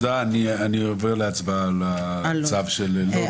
תודה, אני עובר להצבעה על הצו של לוד.